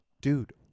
dude